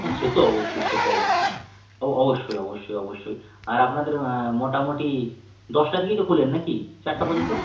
হ্যাঁ সে তো অবশ্যই সে তো অবশ্যই ও অবশ্যই অবশ্যই অবশ্যই আর আপনাদের মোটামুটি দশটা থেকেই তো খোলেন নাকি চারটা পর্যন্ত